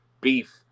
beef